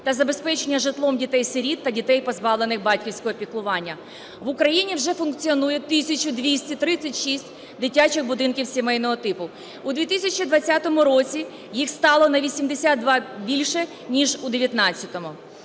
та забезпечення житлом дітей-сиріт та дітей, позбавлених батьківського піклування. В Україні вже функціонує 1 тисяча 236 дитячих будинків сімейного типу. У 2020 році їх стало на 82 більше, ніж у 2019-му.